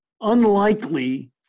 unlikely